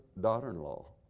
daughter-in-law